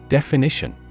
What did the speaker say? Definition